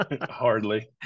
Hardly